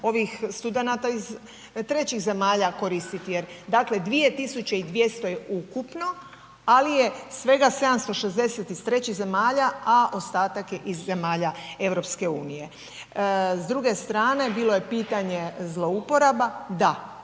ovih studenata iz trećih zemalja koristiti. Dakle, 2.200 je ukupno, ali je svega 760 iz trećih zemalja, a ostatak je iz zemalja EU. S druge strane bilo je pitanje zlouporaba, da